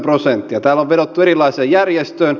täällä on vedottu erilaiseen järjestöön